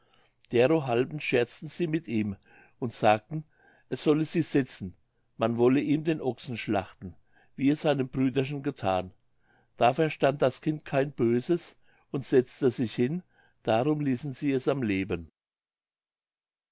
derohalben scherzten sie mit ihm und sagten es solle sich setzen man wolle ihm den ochsen schlachten wie es seinem brüderchen gethan da verstand das kind kein böses und setzte sich hin darum ließen sie es am leben